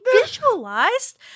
visualized